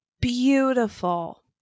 beautiful